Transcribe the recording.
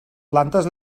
planes